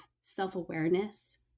self-awareness